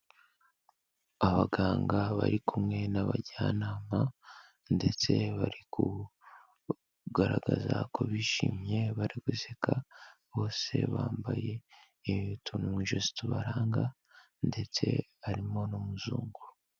Abaganga bari kumwe n'abajyanama ndetse bari kugaragaza ko bishimye bari guseka bose bambaye utuntu mu ijosi tubaranga ndetse harimo n'umuzungu.